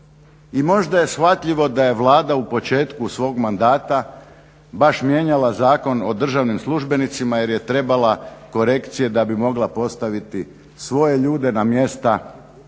I možda je shvatljivo da je Vlada u početku svog mandata baš mijenjala Zakon o državnim službenicima jer je trebala korekcije da bi mogla postaviti svoje ljude na mjesta koja